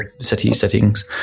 settings